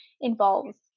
involves